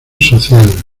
social